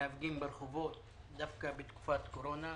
להפגין ברחובות דווקא בתקופת קורונה,